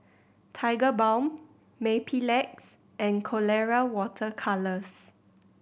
Tigerbalm Mepilex and Colora Water Colours